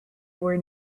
were